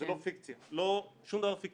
וזו לא פיקציה ושום דבר לא פיקטיבי,